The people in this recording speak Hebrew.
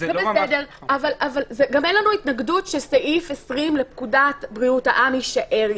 גם אין לנו התנגדות שסעיף 20 לפקודת בריאות העם יישאר.